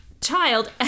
child